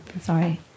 sorry